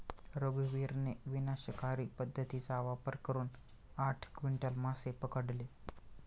रघुवीरने विनाशकारी पद्धतीचा वापर करून आठ क्विंटल मासे पकडले